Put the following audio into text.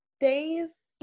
days